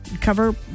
cover